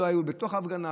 הם לא היו בתוך הפגנה,